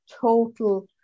total